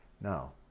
Now